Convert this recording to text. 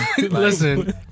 Listen